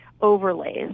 overlays